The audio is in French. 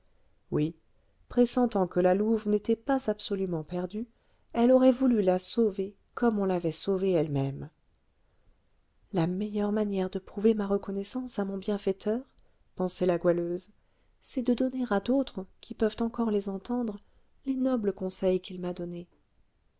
oui pressentant que la louve n'était pas absolument perdue elle aurait voulu la sauver comme on l'avait sauvée elle-même la meilleure manière de prouver ma reconnaissance à mon bienfaiteur pensait la goualeuse c'est de donner à d'autres qui peuvent encore les entendre les nobles conseils qu'il m'a donnés